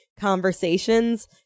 conversations